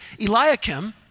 Eliakim